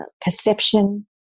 perception